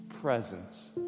presence